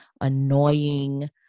annoying